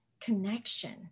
connection